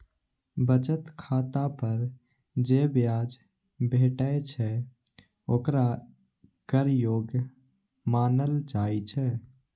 बचत खाता पर जे ब्याज भेटै छै, ओकरा कर योग्य मानल जाइ छै